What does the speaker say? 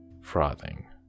frothing